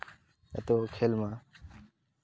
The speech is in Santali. ᱡᱷᱚᱛᱚ ᱠᱚ ᱠᱷᱮᱞ ᱢᱟ